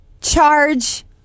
charge